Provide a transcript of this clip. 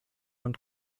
und